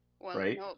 Right